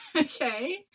Okay